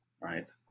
right